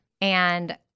And-